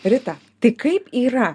rita tai kaip yra